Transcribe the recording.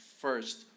first